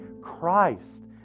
Christ